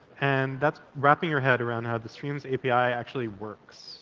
and that's wrapping your head around how the streams api actually works